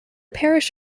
parish